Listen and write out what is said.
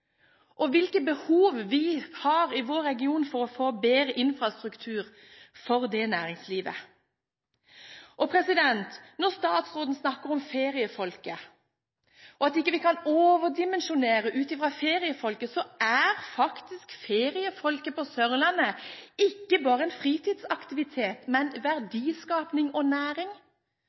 og hvilke behov vi har i vår region for å få bedre infrastruktur for næringslivet. Når statsråden snakker om feriefolket, og at vi ikke kan overdimensjonere ut fra dem, er faktisk feriefolket på Sørlandet ikke bare en fritidsaktivitet, men det er verdiskaping og næring.